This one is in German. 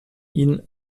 ihn